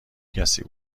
کسی